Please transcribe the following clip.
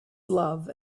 love